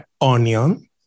onion